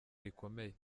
rikomeye